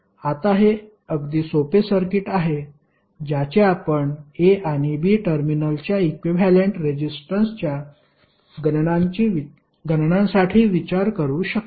आता हे अगदी सोपे सर्किट आहे ज्याचे आपण A आणि B टर्मिनलच्या इक्विव्हॅलेंट रेजिस्टन्सच्या गणनांसाठी विचार करू शकतो